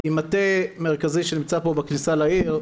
מטה מרכזי שנמצא כאן בכניסה לעיר,